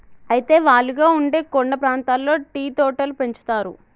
అయితే వాలుగా ఉండే కొండ ప్రాంతాల్లో టీ తోటలు పెంచుతారు